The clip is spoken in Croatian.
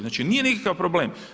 Znači nije nikakav problem.